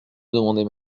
demandez